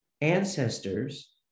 ancestors